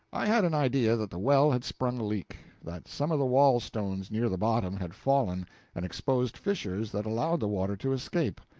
i had an idea that the well had sprung a leak that some of the wall stones near the bottom had fallen and exposed fissures that allowed the water to escape.